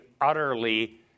utterly